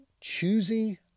choosy